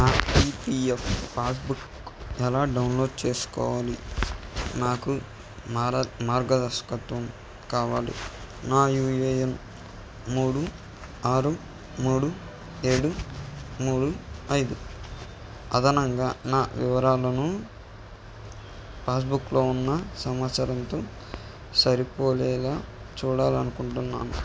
నా EPF passbook ఎలా download చేసుకోవాలి నాకు మార్గదర్శకత్వం కావాలి నా యూఏఎన్ మూడు ఆరు మూడు ఏడు మూడు ఐదు అదనంగా నా వివరాలను పాస్బుక్లో ఉన్న సమాచారంతో సరిపోలేలాగ చూడాలి అనుకుంటున్నాను